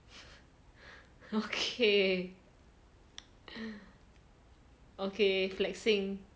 okay okay flexing